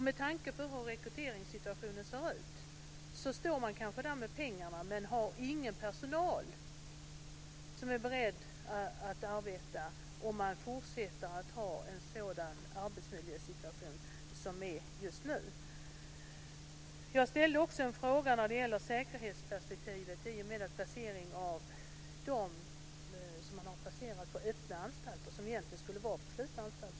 Med tanke på hur rekryteringssituationen ser ut står man kanske där med pengarna men har ingen personal som är beredd att arbeta om man fortsätter att ha en sådan arbetsmiljösituation som just nu. Jag ställde också en fråga om säkerhetsperspektivet med tanke på placeringen av dem som man har placerat på öppna anstalter men som egentligen skulle vara på slutna anstalter.